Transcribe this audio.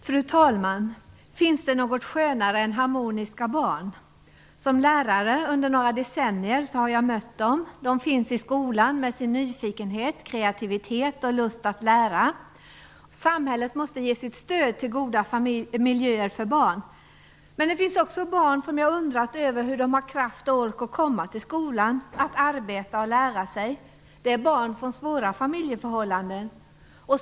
Fru talman! Finns det något skönare än harmoniska barn? Som lärare under några decennier har jag mött dem. De finns i skolan, med sin nyfikenhet, kreativitet och lust att lära. Samhället måste ge sitt stöd till goda miljöer för barn. Det finns också barn som jag har undrat över hur de har kraft och ork att komma till skolan för att arbeta och lära sig. Det är barn från svåra familjeförhållanden.